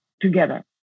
together